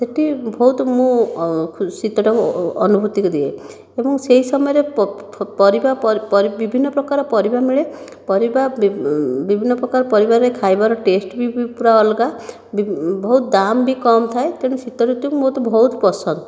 ସେଇଠି ବହୁତ ମୁଁ ଶୀତଟାକୁ ଅନୁଭୂତିକି ଦିଏ ଏବଂ ସେହି ସମୟରେ ପରିବା ବିଭିନ୍ନ ପ୍ରକାର ପରିବା ମିଳେ ପରିବା ବିଭିନ୍ନ ପ୍ରକାର ପରିବାରେ ଖାଇବାର ଟେଷ୍ଟ ବି ପୁରା ଅଲଗା ବହୁତ ଦାମ ବି କମଥାଏ ତେଣୁ ଶୀତ ଋତୁ ମୋତେ ବହୁତ ପସନ୍ଦ